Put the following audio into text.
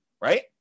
Right